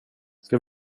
ska